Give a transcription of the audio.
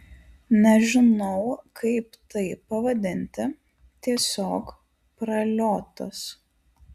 nežinau kaip tai pavadinti tiesiog praliotas